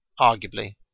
Arguably